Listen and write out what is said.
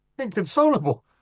inconsolable